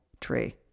tree